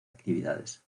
actividades